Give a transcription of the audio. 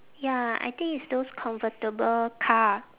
ya I think it's those convertible car